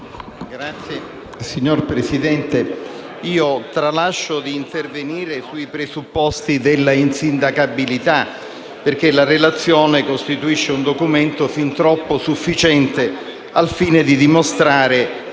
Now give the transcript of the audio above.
Signora Presidente, tralascio di intervenire sui presupposti dell'insindacabilità perché la relazione costituisce un documento fin troppo sufficiente al fine di dimostrare